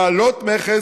להעלות מכס,